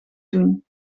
doen